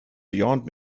beyond